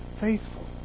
faithful